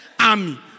army